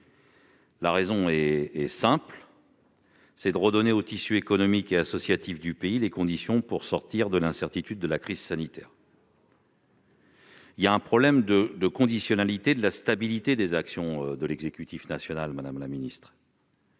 La raison est simple : il s'agit de redonner au tissu économique et associatif du pays les conditions pour sortir de l'incertitude liée à la crise sanitaire. Il y a un problème de conditionnalité de la stabilité des actions de l'exécutif national, madame la secrétaire